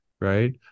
right